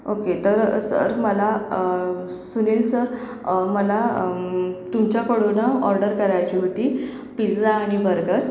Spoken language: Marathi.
ओके तर सर मला सुनील सर मला तुमच्याकडून ऑर्डर करायची होती पिझ्झा आणि बर्गर